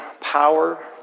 power